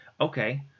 okay